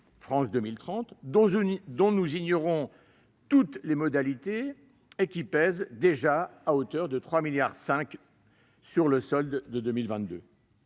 France 2030, dont nous ignorons toutes les modalités, et qui pèse déjà à hauteur de 3,5 milliards d'euros sur le solde en 2022.